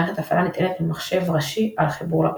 מערכת ההפעלה נטענת ממחשב ראשי על חיבור לרשת.